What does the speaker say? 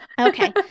Okay